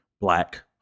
black